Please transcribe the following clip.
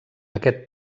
aquest